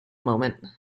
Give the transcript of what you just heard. moment